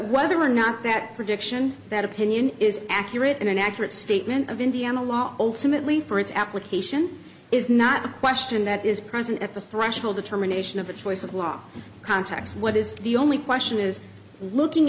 whether or not that prediction that opinion is accurate and an accurate statement of indiana law ultimately for its application is not a question that is present at the threshold determination of the choice of law context what is the only question is looking